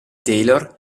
taylor